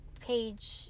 Page